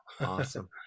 Awesome